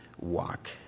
walk